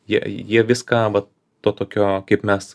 jie jie viską va to tokio kaip mes